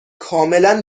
کاملا